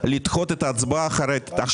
סמכות לדחות את ההצבעה אחרי ההתייעצות הסיעתית?